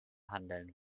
handeln